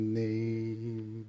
name